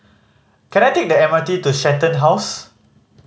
can I take the M R T to Shenton House